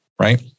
right